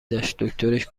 داشت، دکترش